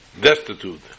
destitute